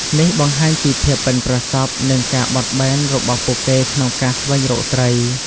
នេះបង្ហាញពីភាពប៉ិនប្រសប់និងការបត់បែនរបស់ពួកគេក្នុងការស្វែងរកត្រី។